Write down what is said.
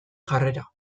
jarrera